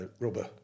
rubber